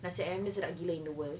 nasi ayamdia in the world